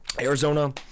Arizona